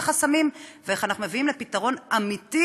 החסמים ואיך אנחנו מביאים לפתרון אמיתי,